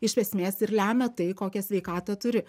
iš esmės ir lemia tai kokią sveikatą turi